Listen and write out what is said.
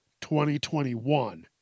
2021